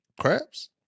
crabs